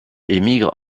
émigre